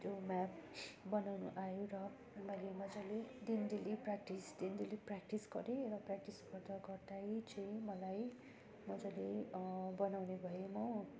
त्यो म्याफ बनाउनु आयो र मैले मजाले दिन डेली प्र्याक्टिस दिन डेली प्र्याक्टिस गरेँ र प्र्यक्टिस गर्दा गर्दै चाहिँ मलाई मजाले बनाउने भए म